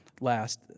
Last